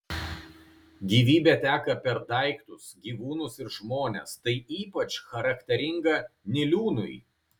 gyvybė teka per daiktus gyvūnus ir žmones tai ypač charakteringa niliūnui